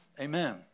Amen